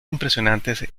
impresionante